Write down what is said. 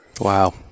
Wow